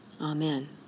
amen